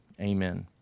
Amen